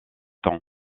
ans